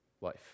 life